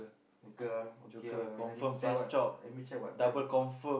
local ah okay ah let me check what let me check what time